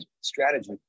strategy